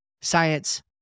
science